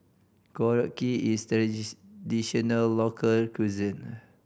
korokke is a local cuisine